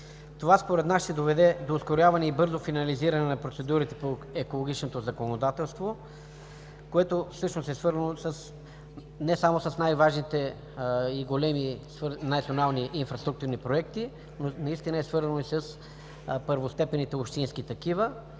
Това според нас ще доведе до ускоряване и бързо финализиране на процедурите по екологичното законодателство, което всъщност е свързано не само с най-важните и големи национални инфраструктурни проекти, но и с първостепенните общински и